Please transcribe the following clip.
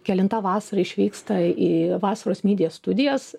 kelinta vasara išvyksta į vasaros midija studijas